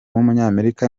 w’umunyamerika